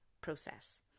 process